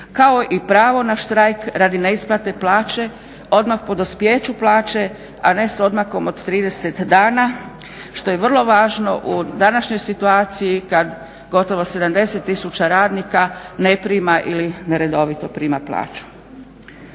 kao i pravo na štrajk radi neisplate plaće odmah po dospijeću plaće, a ne sa odmakom od 30 dana što je vrlo važno u današnjoj situaciji kad gotovo 70000 radnika ne prima ili neredovito prima plaću.